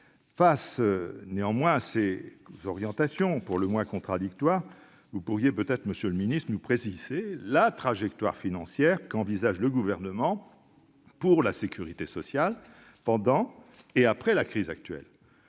Face à ces orientations pour le moins contradictoires, peut-être pourriez-vous, monsieur le ministre, nous préciser la trajectoire financière qu'envisage le Gouvernement pour la sécurité sociale pendant et après la crise actuelle.